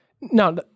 Now